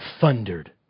thundered